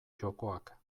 jokoak